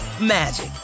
magic